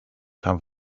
have